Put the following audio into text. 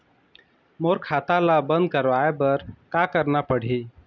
मोर खाता ला बंद करवाए बर का करना पड़ही?